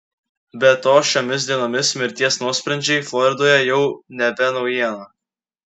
be to šiomis dienomis mirties nuosprendžiai floridoje jau nebe naujiena